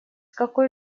какой